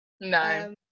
No